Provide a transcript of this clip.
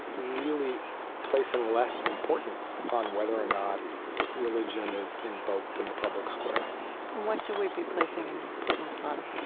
really placing less importance on whether or not religion is invoked in the public square and what should we be placing importance on?